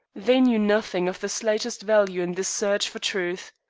they knew nothing of the slightest value in this search for truth.